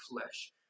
flesh